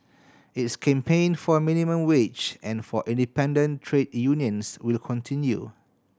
its campaign for minimum wage and for independent trade unions will continue